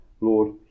Lord